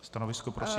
Stanovisko, prosím.